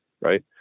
right